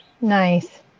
nice